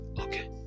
okay